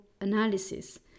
analysis